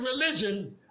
religion